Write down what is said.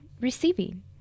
receiving